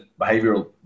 behavioral